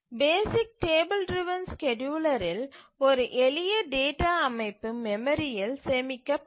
பேசிக் table driven ஸ்கேட்யூலரில் ஒரு எளிய டேட்டா அமைப்பு மெமரியில் சேமிக்கப்படும்